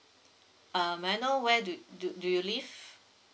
um may I know where do you do you do you live